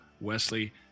Wesley